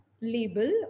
label